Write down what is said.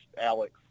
alex